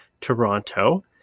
Toronto